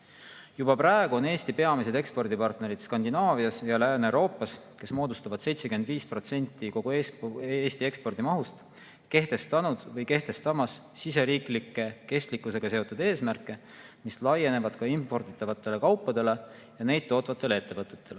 praegu on Eesti peamised ekspordipartnerid Skandinaavias ja Lääne-Euroopas – [eksport neisse maadesse] moodustab 75% kogu Eesti ekspordi mahust – kehtestanud või kehtestamas siseriiklikke kestlikkusega seotud eesmärke, mis laienevad ka imporditavatele kaupadele ja neid tootvatele ettevõtetele.